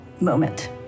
moment